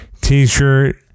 t-shirt